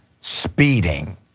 speeding